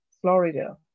Florida